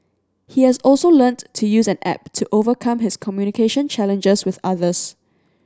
he has also learnt to use an app to overcome his communication challenges with others